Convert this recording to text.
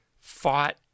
fought